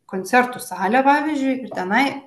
koncertų salę pavyzdžiui ir tenai